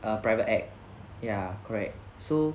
a private act ya correct so